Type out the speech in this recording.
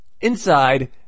Inside